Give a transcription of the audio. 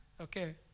okay